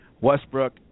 Westbrook